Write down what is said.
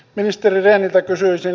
ministeri rehniltä kysyisin